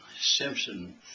simpson